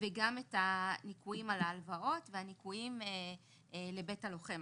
וגם את הניכויים על ההלוואות והניכויים לבית הלוחם,